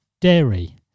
dairy